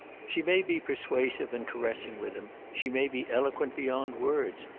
she may be persuasive and caressing with him she may be eloquent beyond words.